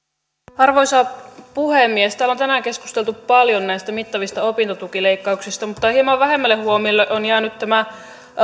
arvoisa puhemies täällä on tänään keskusteltu paljon näistä mittavista opintotukileikkauksista mutta hieman vähemmälle huomiolle on jäänyt tämä